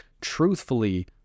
truthfully